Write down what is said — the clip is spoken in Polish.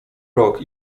rok